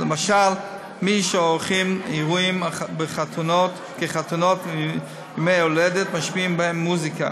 למשל מי שעורכים אירועים כחתונות וימי הולדת ומשמיעים בהם מוזיקה.